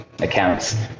accounts